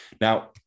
now